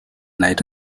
night